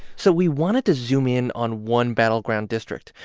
so we wanted to zoom in on one battleground district.